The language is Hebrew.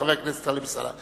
חבר הכנסת טלב אלסאנע.